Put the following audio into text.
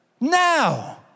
Now